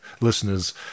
listeners